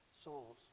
souls